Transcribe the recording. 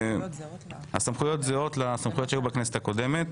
הסמכויות זהות לסמכויות שהיו בכנסת הקודמת.